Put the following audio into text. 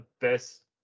best